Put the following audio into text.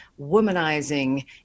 womanizing